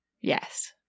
Yes